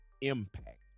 impact